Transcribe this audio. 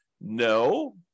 No